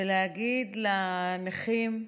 ולהגיד לנכים,